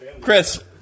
Chris